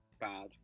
bad